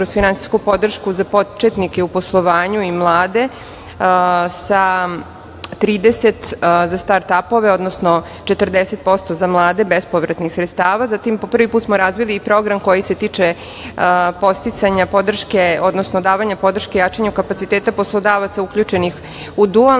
za početnike u poslovanju i mlade sa 30 za start apove, odnosno 40% za mlade bespovratnih sredstava. Po prvi put smo razvili i program koji se tiče podsticanja podrške, odnosno davanja podrške jačanju kapaciteta poslodavaca uključenih u dualno